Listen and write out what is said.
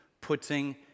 putting